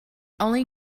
only